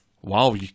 Wow